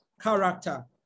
character